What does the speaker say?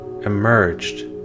emerged